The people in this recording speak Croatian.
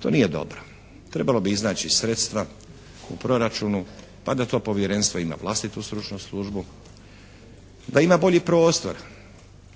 To nije dobro. Trebalo bi iznaći sredstva u proračunu pa da to Povjerenstvo ima vlastitu stručnu službu, da ima bolji prostor.